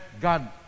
God